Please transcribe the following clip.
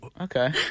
Okay